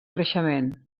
creixement